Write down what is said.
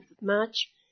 March